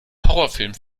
horrorfilm